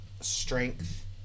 strength